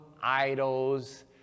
idols